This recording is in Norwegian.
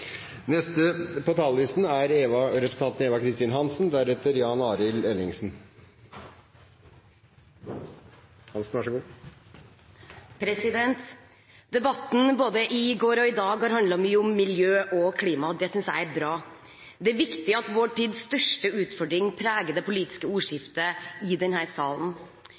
Debatten i går og i dag har handlet mye om miljø og klima. Det synes jeg er bra. Det er viktig at vår tids største utfordring preger det politiske ordskiftet i denne salen.